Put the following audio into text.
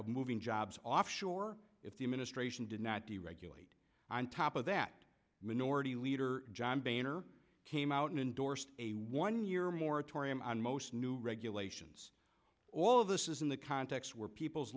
of moving jobs offshore if the administration did not deregulate on top of that minority leader john boehner came out and endorsed a one year moratorium on most new regulations all of this is in the context where people's